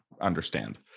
understand